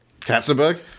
Katzenberg